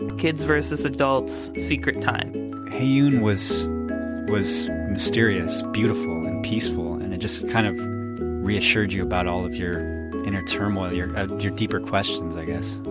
kids versus adults, secret time heyoon was was mysterious, beautiful, and peaceful and and just kind of reassured you about all of your inner turmoil, your ah your deeper questions i guess.